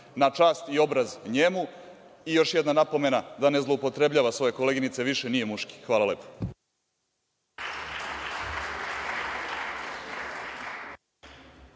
Na čast i obraz njemu. Još jedna napomena, da ne zloupotrebljava svoje koleginice više, jer nije muški. Hvala lepo.